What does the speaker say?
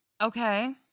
Okay